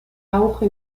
auge